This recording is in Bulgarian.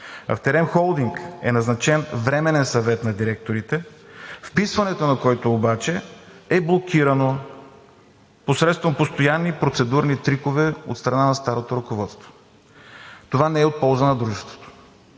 В „Терем Холдинг“ е назначен временен Съвет на директорите, вписването, на който обаче е блокирано посредством постоянни процедурни трикове от страна на старото ръководство. Това не е от полза на дружеството.